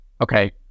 okay